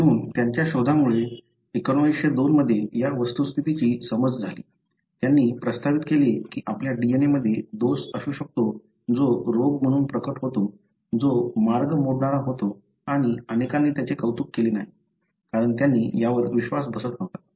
म्हणून त्यांच्या शोधांमुळे 1902 मध्ये या वस्तुस्थितीची समज झाली त्यांनी प्रस्तावित केले की आपल्या DNA मध्ये दोष असू शकतो जो रोग म्हणून प्रकट होतो जो मार्ग मोडणारा होता आणि अनेकांनी त्याचे कौतुक केले नाही कारण त्यांनी यावर विश्वास बसत नव्हता